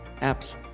apps